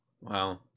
Wow